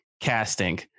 casting